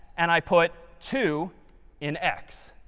and i put two in x.